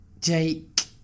Jake